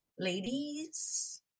Ladies